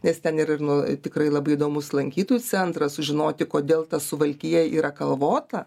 nes ten yra ir nu tikrai labai įdomus lankytojų centras sužinoti kodėl ta suvalkija yra kalvota